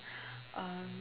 um